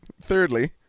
Thirdly